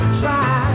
try